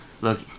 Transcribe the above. Look